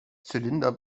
zylinder